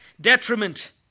detriment